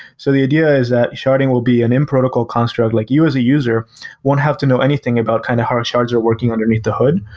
so the idea is that sharding will be an in protocol construct. like you as a user won't have to know anything about kind of how shards are working underneath the hood.